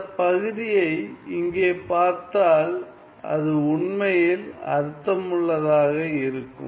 இந்த பகுதியை இங்கே பார்த்தால் அது உண்மையில் அர்த்தமுள்ளதாக இருக்கும்